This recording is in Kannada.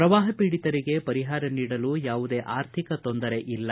ಪ್ರವಾಪ ಪೀಡಿತರಿಗೆ ಪರಿಹಾರ ನೀಡಲು ಯಾವುದೇ ಆರ್ಥಿಕ ತೊಂದರೆ ಇಲ್ಲ